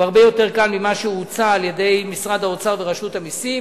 הוא הרבה יותר קל ממה שהוצע על-ידי משרד האוצר ורשות המסים.